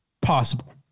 possible